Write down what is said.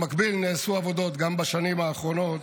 במקביל נעשו עבודות גם בשנים האחרונות,